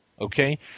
okay